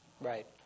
Right